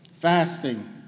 Fasting